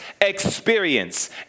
experience